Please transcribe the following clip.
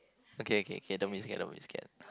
okay okay don't be scared don't be scared